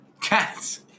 Cats